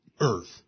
earth